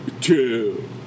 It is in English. two